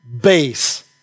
base